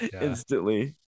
Instantly